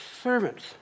servants